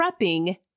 prepping